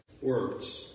words